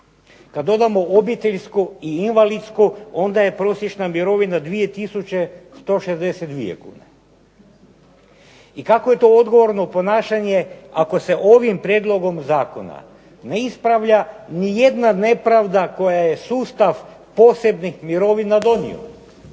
Kada dodam obiteljsko i invalidsko, onda je prosječna mirovina 2 tisuće 162 kune. I kako je to odgovorno ponašanje ako se ovim prijedlogom zakona ne ispravlja nijedna nepravda koja je sustav posebnih mirovina donio.